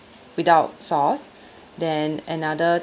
without sauce then another